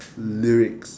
lyrics